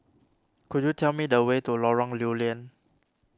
could you tell me the way to Lorong Lew Lian